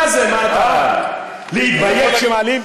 מה זה, מה אתה, להתבייש כשמעלים?